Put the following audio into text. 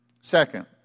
Second